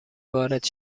وارد